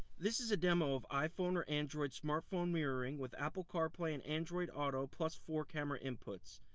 this is a demo of iphone or android smartphone mirroring with apple carplay and android auto plus for camera inputs.